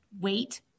wait